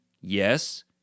yes